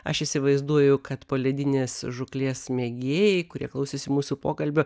aš įsivaizduoju kad poledinės žūklės mėgėjai kurie klausėsi mūsų pokalbio